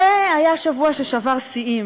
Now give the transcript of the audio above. זה היה שבוע ששבר שיאים,